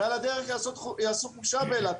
ועל הדרך יעשו חופשה באילת.